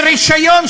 ברישיון,